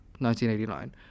1989